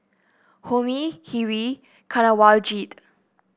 Homi Hri Kanwaljit